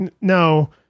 no